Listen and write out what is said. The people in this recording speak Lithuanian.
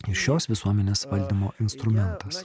ir šios visuomenės valdymo instrumentas